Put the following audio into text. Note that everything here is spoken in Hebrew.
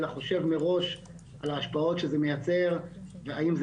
אלא חושב מראש על ההשפעות שזה מייצר והאם זה